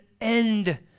end